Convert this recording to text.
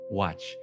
watch